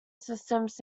systems